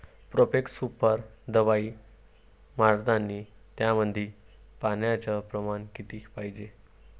Profex super दवाई मारतानी त्यामंदी पान्याचं प्रमाण किती पायजे?